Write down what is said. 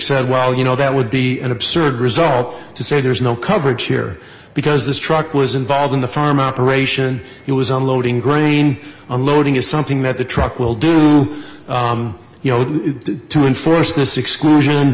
said well you know that would be an absurd result to say there's no coverage here because this truck was involved in the farm operation it was unloading grain unloading is something that the truck will do you know to enforce this exclusion